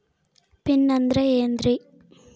Pin ಅಂದ್ರೆ ಏನ್ರಿ?